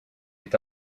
est